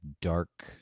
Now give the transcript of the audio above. Dark